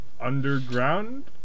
Underground